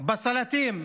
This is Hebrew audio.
בסלטים,